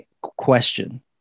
question